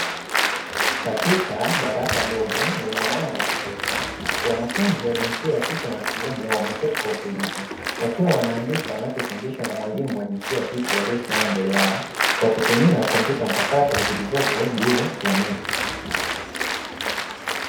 Katika darasa dogo lenye mwanga wa kutosha, wanafunzi wa jinsia ya kike na kiume wameketi kwa utulivu wakiwa wanaandika wanachofundishwa na mwalimu wa jinsia ya kike aliyesimama mbele yao, kwa kutumia kompyuta mpakato zilizopo juu ya meza.